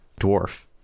dwarf